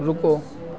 रुको